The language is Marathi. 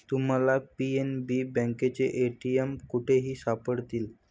तुम्हाला पी.एन.बी बँकेचे ए.टी.एम कुठेही सापडतील